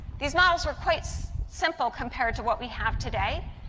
these models were quite so simple compared to what we have today.